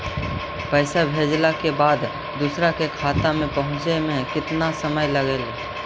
पैसा भेजला के बाद दुसर के खाता में पहुँचे में केतना समय लगतइ?